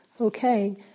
Okay